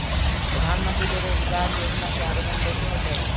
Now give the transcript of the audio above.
प्रधानमंत्री बेरोजगार योजना के आवेदन कैसे होतै?